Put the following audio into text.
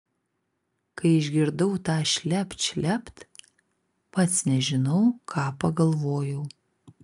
kai išgirdau tą šlept šlept pats nežinau ką pagalvojau